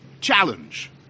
challenge